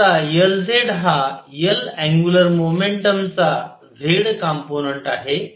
आणि आता Lzहा L अँग्युलर मोमेंटम चा z कंपोनंट आहे